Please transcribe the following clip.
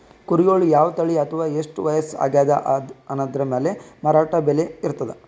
ಕುರಿಗಳ್ ಯಾವ್ ತಳಿ ಅವಾ ಎಷ್ಟ್ ವಯಸ್ಸ್ ಆಗ್ಯಾದ್ ಅನದ್ರ್ ಮ್ಯಾಲ್ ಮಾರಾಟದ್ ಬೆಲೆ ಇರ್ತದ್